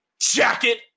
jacket